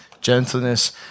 Gentleness